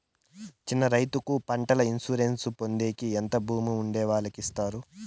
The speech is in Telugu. చిన్న రైతుకు పంటల ఇన్సూరెన్సు పొందేకి ఎంత భూమి ఉండే వాళ్ళకి ఇస్తారు?